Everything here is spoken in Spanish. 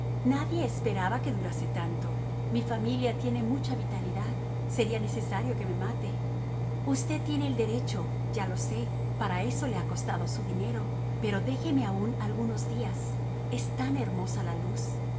nadie esperaba que durase tanto mi familia tiene mucha vitalidad será necesario que me mate usted tiene derecho ya lo sé para eso le ha costado su dinero pero déjeme aún algunos días es tan hermosa la luz